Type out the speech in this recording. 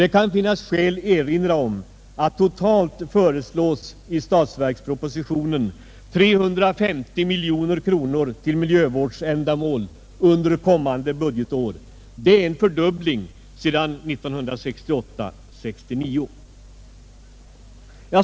Det kan finnas skäl att erinra om att totalt föreslås i statsverkspropositionen 350 miljoner kronor till miljövårdsändamål under kommande budgetår. Det är en fördubbling sedan 1968/69.